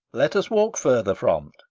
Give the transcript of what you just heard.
let us walk further from